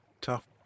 tough